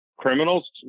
Criminals